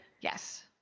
Yes